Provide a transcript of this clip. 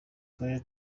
karere